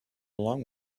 along